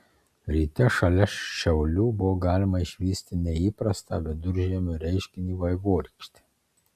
ryte šalia šiaulių buvo galima išvysti neįprastą viduržiemiui reiškinį vaivorykštę